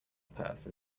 purse